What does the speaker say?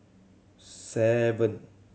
seven